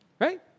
Right